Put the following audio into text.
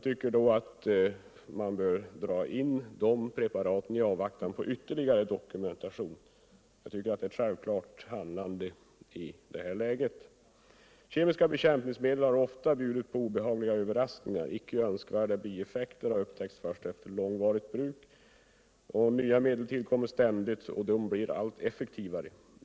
De bör dras in i avvaktan på ytterligare dokumentation. Det är ett självklart handlande i detta läge. Kemiska bekämpningsmedel har ofta bjudit på obehagliga överraskningar. Icke önskvärda bieffekter har upptäckts först efter långvarigt bruk. Nya medet tillkommer ständigt, och de blir allt effektivare.